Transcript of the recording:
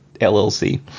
llc